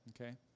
okay